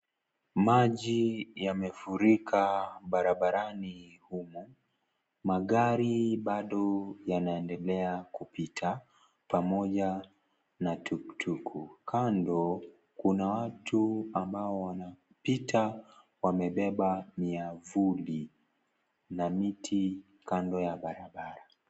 Maji yamefurika barabarani ,humu magari bado yanaendelea kupita pamoja na tuktuku. Kando kuna watu ambao wanapita, wamebeba miti na miavuli kando ya barabara .